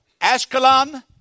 Ashkelon